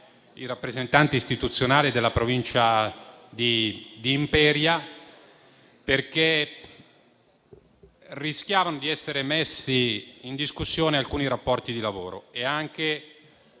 i rappresentanti istituzionali della Provincia di Imperia), perché rischiavano di essere messi in discussione alcuni rapporti di lavoro; inoltre